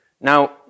Now